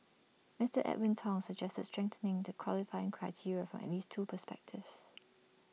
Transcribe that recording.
Mister Edwin Tong suggested strengthening the qualifying criteria from at least two perspectives